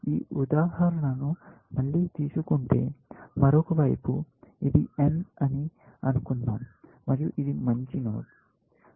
ఈ ఉదాహరణను మళ్ళీ తీసుకుంటే మరొక వైపు ఇది n అని అనుకుందాం మరియు ఇది మంచి నోడ్